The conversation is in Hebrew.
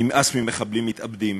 נמאס ממחבלים מתאבדים,